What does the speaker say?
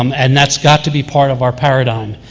um and that' got to be part of our paradigm.